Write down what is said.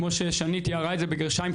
כמו ששני תיארה את זה בגרשיים,